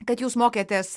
kad jūs mokėtės